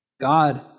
God